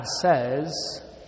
says